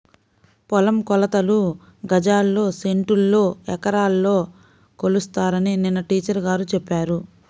పొలం కొలతలు గజాల్లో, సెంటుల్లో, ఎకరాల్లో కొలుస్తారని నిన్న టీచర్ గారు చెప్పారు